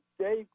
Dave